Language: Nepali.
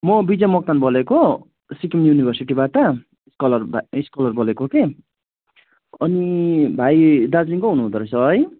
म विजय मोक्तान बोलेको सिक्किम युनिभर्सिटीबाट स्कलर भाइ स्कलर बोलेको कि अनि भाइ दार्जिलिङको हुनु हुँदो रहेछ है